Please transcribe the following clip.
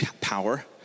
power